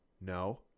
No